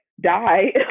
die